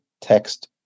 text